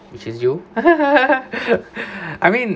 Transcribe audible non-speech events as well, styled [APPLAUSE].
which is you [LAUGHS] I mean